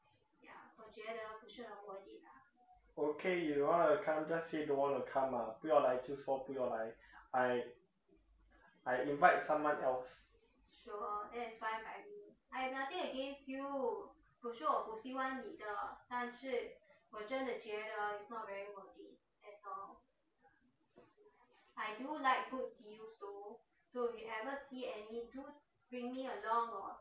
okay you don't wanna come just say don't wanna come lah 不要来就说不要来 I invite someone else